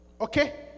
Okay